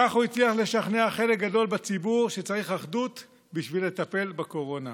כך הוא הצליח לשכנע חלק גדול בציבור שצריך אחדות בשביל לטפל בקורונה.